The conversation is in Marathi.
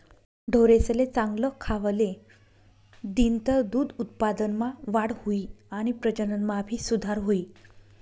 ढोरेसले चांगल खावले दिनतर दूध उत्पादनमा वाढ हुई आणि प्रजनन मा भी सुधार हुई